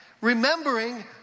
Remembering